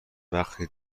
وقتی